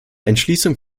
entschließung